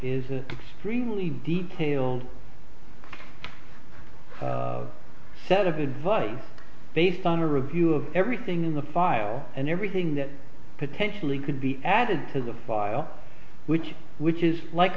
isn't remotely detail that of advice based on a review of everything in the file and everything that potentially could be added to the pile which which is like